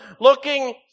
looking